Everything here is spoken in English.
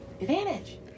Advantage